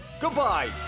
Goodbye